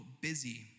busy